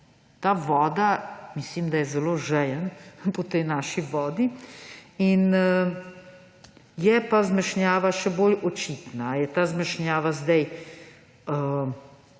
do vode. Mislim, da je zelo žejen po tej naši vodi in je zmešnjava še bolj očitna. Ali ja ta zmešnjava sedaj